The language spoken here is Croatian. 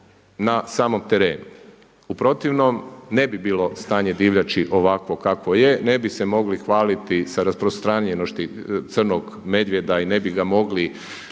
na samom terenu. U protivnom ne bi bilo stanje divljači ovakvo kakvo je, ne bi se mogli hvaliti sa rasprostranjenošću crnog medvjeda i ne bi ga mogli